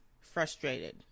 frustrated